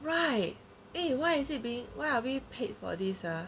right eh why is it why are we paid for this ah